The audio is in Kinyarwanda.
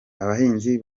abahinzi